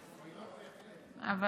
מועילות בהחלט.